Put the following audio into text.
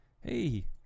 Hey